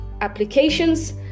applications